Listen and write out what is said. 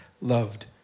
loved